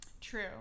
True